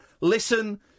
listen